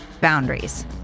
boundaries